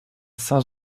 saint